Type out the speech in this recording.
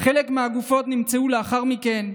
חלק מהגופות נמצאו לאחר מכן.